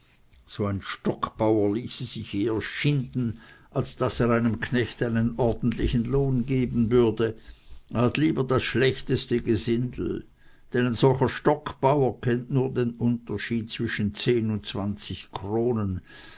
so ein stockbauer ließe sich eher schinden als daß er einem knecht einen ordentlichen lohn geben würde er hat lieber das schlechteste gesindel denn ein solcher stockbauer kennt nur den unterschied zwischen zehn und zwanzig kronen